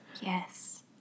Yes